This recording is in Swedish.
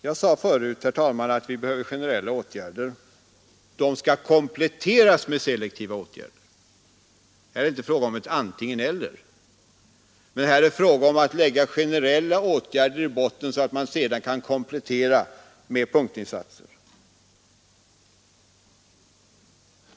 Jag sade förut, herr talman, att vi behöver generella åtgärder. Dessa skall kompletteras med selektiva åtgärder. Här är det inte fråga om ett antingen—eller, utan här är det fråga om att lägga generella åtgärder i botten, så att man sedan kan komplettera dem med punktinsatser.